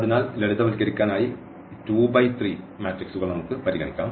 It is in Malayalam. അതിനാൽ ലളിതവൽക്കരിക്കാൻ ആയി ഈ 2 ബൈ 3 മെട്രിക്സുകൾ നമുക്ക് പരിഗണിക്കാം